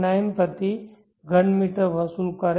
9 પ્રતિ ઘન મીટર વસૂલ કરે